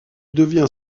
devient